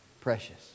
Precious